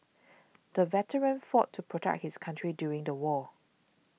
the veteran fought to protect his country during the war